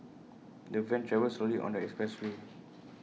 the van travelled slowly on the expressway